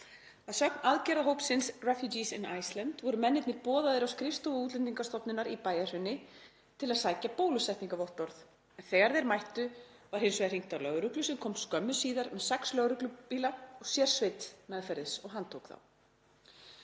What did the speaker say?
Að sögn aðgerðahópsins Refuges in Iceland voru mennirnir boðaðir á skrifstofu Útlendingastofnunar í Bæjarhrauni til að sækja bólusetningarvottorð. Þegar þeir mættu var hins vegar hringt á lögreglu sem kom skömmu síðar með sex lögreglubíla og sérsveit meðferðis og handtók þá.